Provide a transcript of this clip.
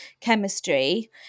chemistry